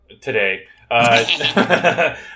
Today